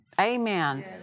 Amen